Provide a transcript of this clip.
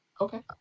Okay